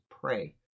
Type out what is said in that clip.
pray